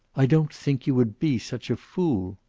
i don't think you would be such a fool.